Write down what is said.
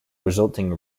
resulting